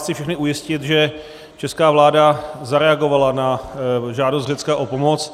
Chci vás všechny ujistit, že česká vláda zareagovala na žádost Řecka o pomoc.